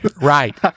Right